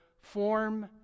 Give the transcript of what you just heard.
form